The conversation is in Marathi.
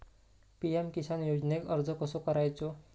पी.एम किसान योजनेक अर्ज कसो करायचो?